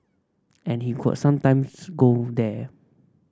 and he could sometimes go there